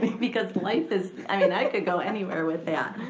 because life is, i mean i could go anywhere with that.